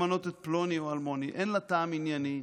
למנות את פלוני או אלמוני, אין לה טעם ענייני,